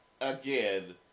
again